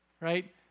Right